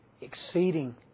exceeding